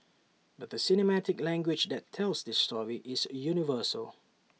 but the cinematic language that tells this story is universal